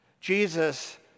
Jesus